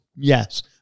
Yes